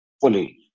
fully